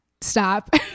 stop